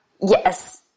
Yes